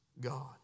God